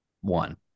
One